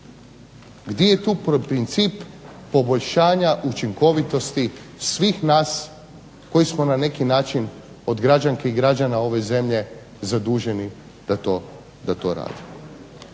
Gdje je tu princip poboljšanja učinkovitosti svih nas koji smo na neki način od građanki i građana ove zemlje zaduženi da to radimo.